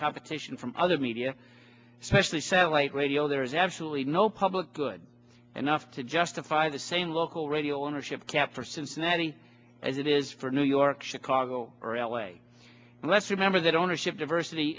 competition from other media specially satellite radio there is absolutely no public good enough to justify the same local radio energy of cap for cincinnati as it is for new york chicago or l a and let's remember that ownership diversity